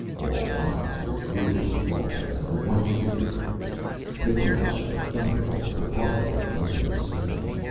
all eyes were glued on the altar and the white figure there the crash of a thunderbolt could hardly have broken the spell,